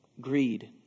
Greed